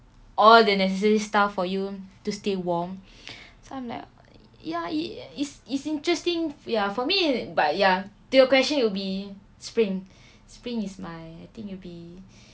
all the necessary staff for you to stay warm so I'm like ya it it's interesting ya for me but ya to your question it will be spring spring is my I think it'll be